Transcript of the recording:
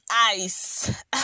ice